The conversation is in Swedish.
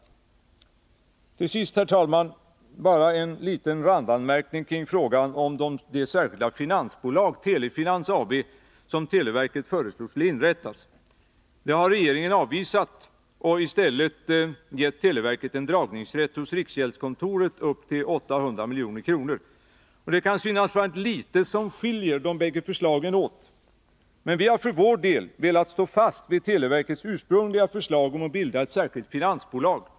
Till sist, herr talman, bara en liten randanmärkning kring frågan om det särskilda finansbolag, Telefinans AB, som televerket föreslog skulle inrättas. Det förslaget har regeringen avvisat och i stället gett televerket en dragningsrätt hos riksgäldskontoret upp till 800 milj.kr. Det kan synas vara litet som skiljer de båda förslagen åt, men vi har för vår del velat stå fast vid televerkets ursprungliga förslag om att bilda ett särskilt finansbolag.